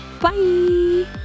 bye